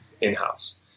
in-house